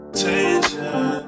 tension